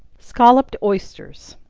scolloped oysters.